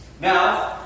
Now